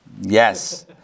Yes